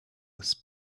his